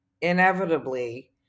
inevitably